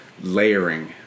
layering